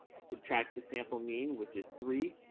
i subtract the sample mean, which is three.